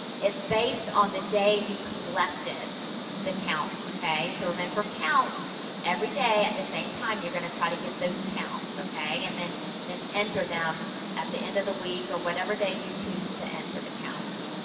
it's based on the day you collected the counts. okay? so, remember, counts every day at the same time you're going to try to get those counts. okay? and then then enter them at the end of the week, or whatever day you choose to enter the counts.